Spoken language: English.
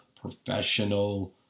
professional